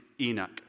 Enoch